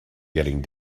getting